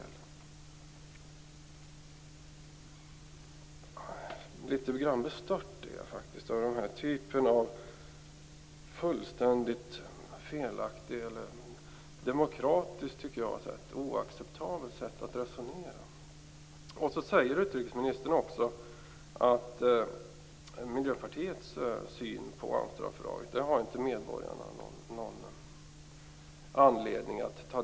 Jag är litet grand bestört över den här typen av fullständigt felaktigt, demokratiskt sett oacceptabelt, sätt att resonera. Utrikesministern säger också att medborgarna inte har anledning att ta del av Miljöpartiets syn på Amsterdamfördraget.